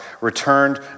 returned